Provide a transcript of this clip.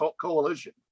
coalition